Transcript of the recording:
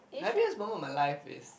happiest moment of my life is